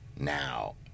Now